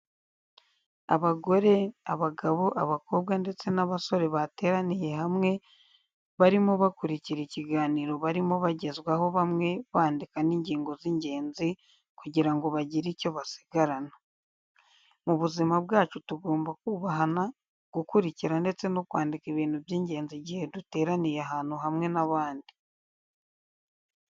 Abagore, abagabo, abakobwa ndetse n'abasore bateraniye hamwe barimo bakurikira ikiganiro barimo bagezwaho bamwe bandika n'ingingo z'ingenzi kugira ngo bagire icyo basigarana. Mu buzima bwacu tugomba kubahana, gukurikira, ndetse no kwandika ibintu by'ingenzi igihe duteraniye ahantu hamwe n'abandi.